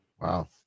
Wow